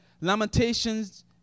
Lamentations